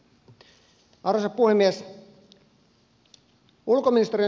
arvoisa puhemies